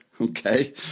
okay